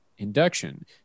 induction